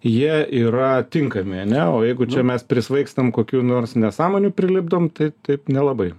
jie yra tinkami a ne o jeigu čia mes prismaigstam kokių nors nesąmonių prilipdom tai taip nelabai